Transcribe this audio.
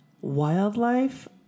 wildlife